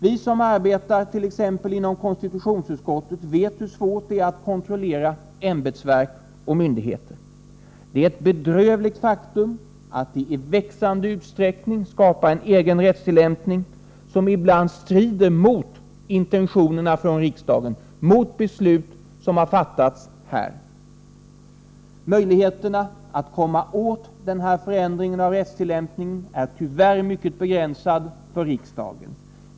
Vi som arbetar t.ex. inom konstitutionsutskottet vet hur svårt det är att kontrollera ämbetsverk och myndigheter. Det är ett bedrövligt faktum att de i växande utsträckning skapar en egen rättstillämpning, som ibland strider mot intentionerna från riksdagen, mot beslut som har fattats här. Möjligheterna att komma åt denna förändring av rättstillämpningen är tyvärr mycket begränsade för riksdagen.